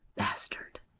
bastard!